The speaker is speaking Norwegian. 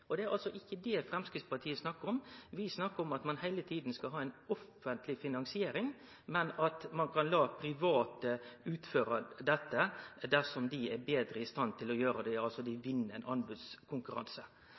privat. Det er altså ikkje det Framstegspartiet snakkar om. Vi snakkar om at ein heile tida skal ha ei offentleg finansiering, men at ein kan la private utføre det dersom dei er betre i stand til å gjere det, altså dei